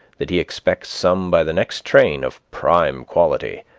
that he expects some by the next train of prime quality.